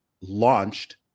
launched